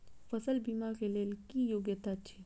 फसल बीमा केँ लेल की योग्यता अछि?